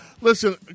Listen